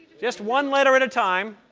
just one letter at a time.